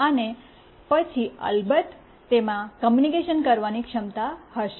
અને પછી અલબત્ત તેમાં કૉમ્યૂનિકેશન કરવાની ક્ષમતા હશે